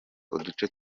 uduce